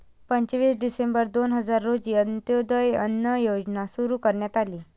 पंचवीस डिसेंबर दोन हजार रोजी अंत्योदय अन्न योजना सुरू करण्यात आली